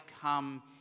come